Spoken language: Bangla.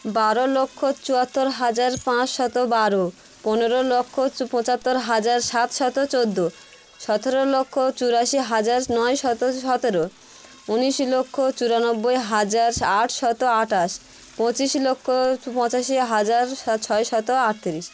বারো লক্ষ চুয়াত্তর হাজার পাঁচশত বারো পনেরো লক্ষ চু পঁচাত্তর হাজার সাতশত চোদ্দ সতেরো লক্ষ চুরাশি হাজার নয়শত সতেরো উনিশ লক্ষ চুরানব্বই হাজার সা আটশত আটাশ পঁচিশ লক্ষ চু পঁচাশি হাজার ছয়শত আটতিরিশ